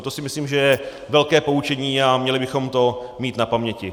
To si myslím, že je velké poučení, a měli bychom to mít na paměti.